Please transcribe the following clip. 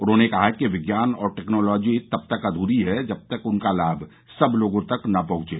उन्होंने कहा कि विज्ञान और टेक्नोलॉजी तब तक अध्री है जब तक उनका लाभ सब लोगों तक न पहुंचे